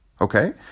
Okay